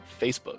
Facebook